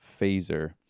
Phaser